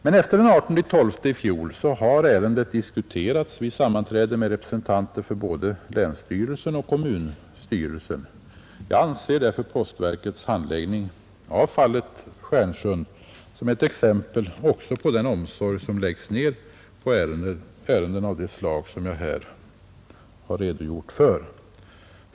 Men efter den 18 december i fjol har ärendet diskuterats vid sammanträde med representanter för både länsstyrelsen och kommunstyrelsen. Jag anser därför att postverkets handläggning av fallet Stjärnsund är ett exempel på den omsorg som ägnas ärenden av det slag som jag här har redogjort för.